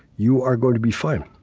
you are going to be fine.